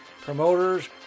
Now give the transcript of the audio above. promoters